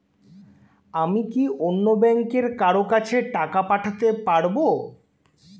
আমি কি অন্য ব্যাংকের কারো কাছে টাকা পাঠাতে পারেব?